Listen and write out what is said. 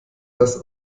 das